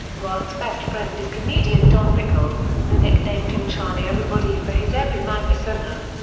newhart's best friend is comedian don rickles, who nicknamed him charlie everybody for his everyman persona.